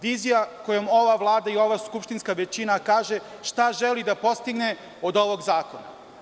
Vizija kojom ova Vlada, odnosno ova skupštinska većina kaže šta želi da postigne od ovog zakona.